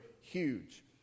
huge